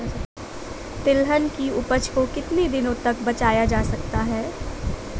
तिलहन की उपज को कितनी दिनों तक बचाया जा सकता है?